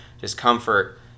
discomfort